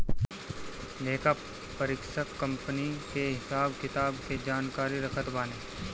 लेखापरीक्षक कंपनी कअ हिसाब किताब के जानकारी रखत बाने